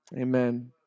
Amen